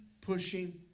pushing